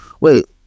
Wait